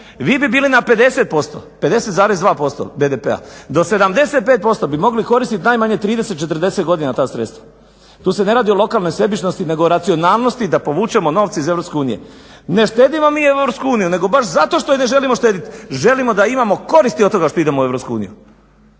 vi bi bili na 50,2% BDP-a, do 75% bi mogli koristit najmanje 30, 40 godina ta sredstva. Tu se ne radi o lokalnoj sebičnosti nego o racionalnosti da povučemo novce iz Europske unije. Ne štedimo mi Europsku uniju nego baš zato što je ne želimo štedit želimo da imamo koristi od toga što idemo u